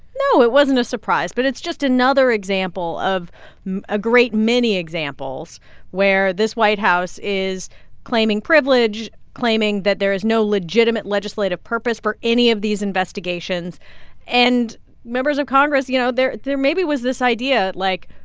no, it wasn't a surprise, but it's just another example of a great many examples where this white house is claiming privilege, claiming that there is no legitimate legislative purpose for any of these investigations and members of congress you know, there there maybe was this idea, like,